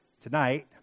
tonight